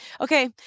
Okay